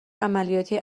عملیاتی